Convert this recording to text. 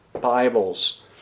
Bibles